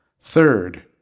Third